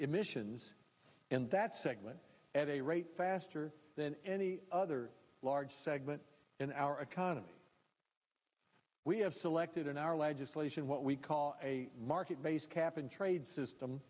emissions in that segment at a rate faster than any other large segment in our economy we have selected in our legislation what we call a market based cap and trade system